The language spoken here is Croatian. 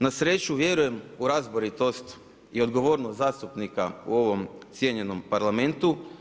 Na sreću vjerujem u razboritost i odgovornost zastupnika u ovom cijenjenom Parlamentu.